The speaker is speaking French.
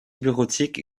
bureautique